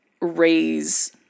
raise